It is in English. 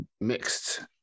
mixed